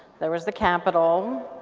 there was the capital,